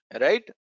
right